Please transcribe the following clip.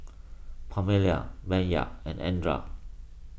Permelia Bayard and andra